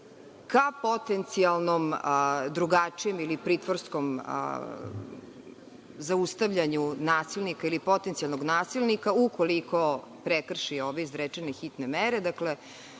ka potencijalnom drugačijem ili pritvorskom zaustavljanju nasilnika ili potencijalnog nasilnika, ukoliko prekrši ove izrečene hitne